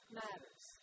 matters